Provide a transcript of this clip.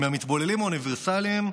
מהמתבוללים האוניברסליים,